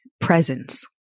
presence